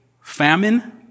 famine